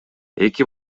эки